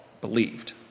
believed